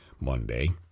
Monday